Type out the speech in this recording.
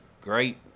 Great